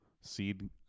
seed